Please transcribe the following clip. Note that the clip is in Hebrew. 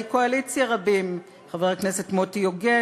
קואליציה רבים: חבר הכנסת מוטי יוגב,